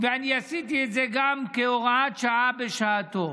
ואני עשיתי את זה גם כהוראת שעה בשעתו.